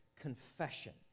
confession